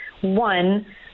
one